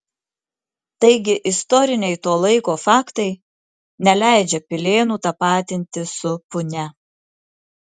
taigi istoriniai to laiko faktai neleidžia pilėnų tapatinti su punia